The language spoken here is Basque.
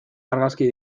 argazki